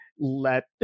let